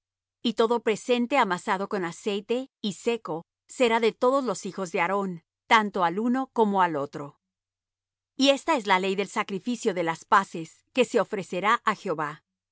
y todo presente amasado con aceite y seco será de todos los hijos de aarón tanto al uno como al otro y esta es la ley del sacrificio de las paces que se ofrecerá á jehová